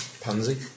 Pansy